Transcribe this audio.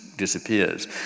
disappears